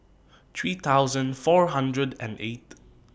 three thousand four hundred and eighth